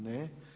Ne.